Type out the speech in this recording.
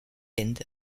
end